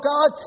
God